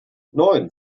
neun